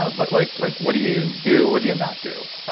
ah but like like what do you do, what do you not do?